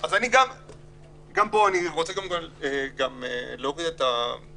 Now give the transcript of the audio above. אז גם אני רוצה קודם כול להוריד את הלהבות.